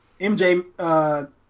MJ